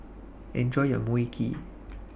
Enjoy your Mui Kee